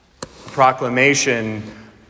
Proclamation